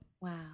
Wow